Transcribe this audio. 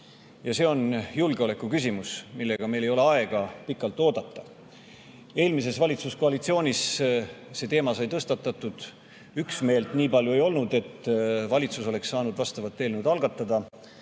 Ja see on julgeoleku küsimus, millega meil ei ole aega pikalt oodata. Eelmises valitsuskoalitsioonis see teema sai tõstatatud, üksmeelt nii palju ei olnud, et valitsus oleks saanud vastava eelnõu algatada.